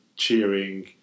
Cheering